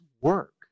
work